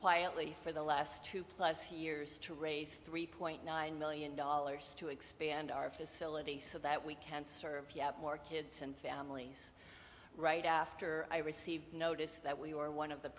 quietly for the last two plus years to raise three point nine million dollars to expand our facility so that we can serve more kids and families right after i received notice that we were one of the